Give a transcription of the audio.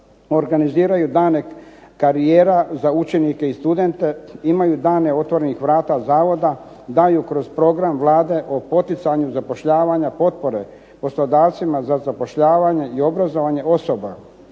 organiziraju dane karijera za učenike i studente, imaju dane otvorenih vrata zavoda, daju kroz program Vlade o poticanju zapošljavanja potpore poslodavcima za zapošljavanje i obrazovanje osoba,